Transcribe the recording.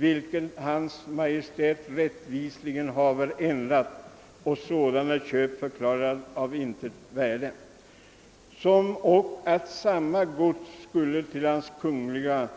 hvilket Hans Kongl. Maij:tt rättsvijsligen hafver änd. rat och sådana kiöp förklarat af intet värde, som och att samma godz skulle till Hans Kongl.